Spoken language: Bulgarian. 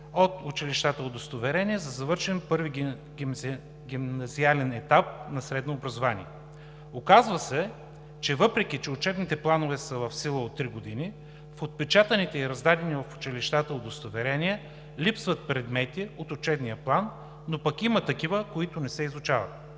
от училищата Удостоверение за завършен първи гимназиален етап на средно образование. Оказва се, че въпреки че учебните планове са в сила от три години, в отпечатаните и раздадени в училищата удостоверения липсват предмети от учебния план, но пък има такива, които не се изучават.